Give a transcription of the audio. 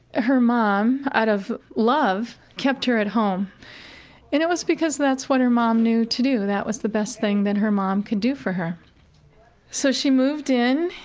her mom, out of love, kept her at home. and it was because that's what her mom knew to do. that was the best thing that her mom could do for her so she moved in,